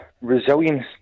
resilience